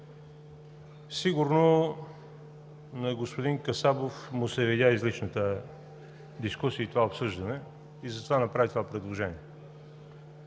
Сигурно на господин Касабов му се видя излишна тази дискусия и това обсъждане и затова направи това предложение.